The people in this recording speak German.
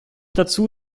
dazu